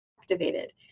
activated